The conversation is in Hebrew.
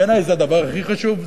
בעיני זה הכי חשוב,